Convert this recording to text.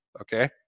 okay